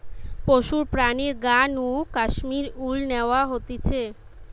পশুর প্রাণীর গা নু কাশ্মীর উল ন্যাওয়া হতিছে